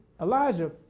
Elijah